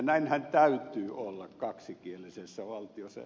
näinhän täytyy olla kaksikielisessä valtiossa